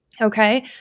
Okay